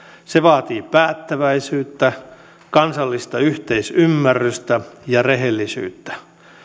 se vaatii päättäväisyyttä kansallista yhteisymmärrystä ja rehellisyyttä